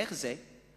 איך זה?